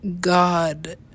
god